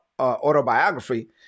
autobiography